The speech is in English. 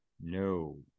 No